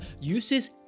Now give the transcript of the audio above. uses